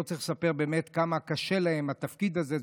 באמת לא צריך לספר כמה קשה להם התפקיד הזה.